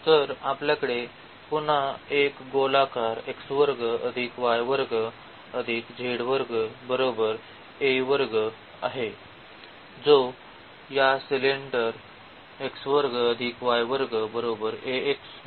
तर आपल्याकडे पुन्हा एक गोलाकार आहे जो या सिलेंडर ने कापला आहे